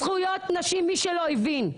זכויות נשים, מי שלא הבין,